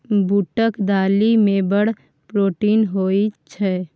बूटक दालि मे बड़ प्रोटीन होए छै